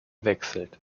wechselt